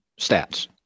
stats